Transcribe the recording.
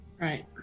Right